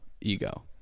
ego